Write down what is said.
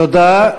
תודה.